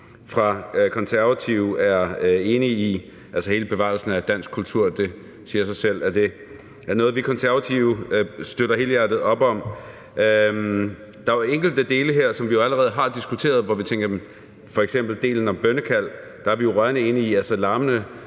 vi Konservative er enige i. Altså, hele bevarelsen af dansk kultur – det siger sig selv, at det er noget, vi Konservative støtter helhjertet op om. Der var enkelte dele her, som vi jo allerede har diskuteret, f.eks. delen om bønnekald. Der er vi jo rørende enige. Larmende